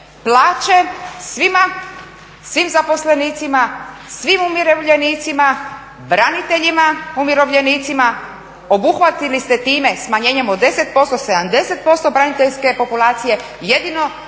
plaće svim, svim zaposlenicima, svim umirovljenicima, braniteljima umirovljenicima, obuhvatili ste tim smanjenjem od 10% 70% braniteljske populacije,